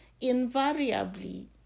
invariably